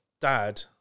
Dad